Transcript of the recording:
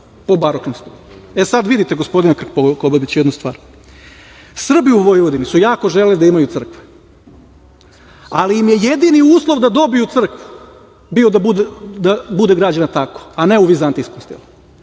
sada vidite gospodine Krkobabiću jednu stvar, Srbi u Vojvodini su jako želeli da imaju crkve, ali im je jedini uslov da dobiju crkvu bio da bude građena tako, a ne u vizantijskom stilu.